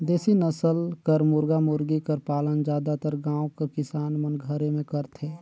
देसी नसल कर मुरगा मुरगी कर पालन जादातर गाँव कर किसान मन घरे में करथे